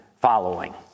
following